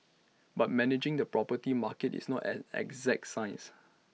but managing the property market is not an exact science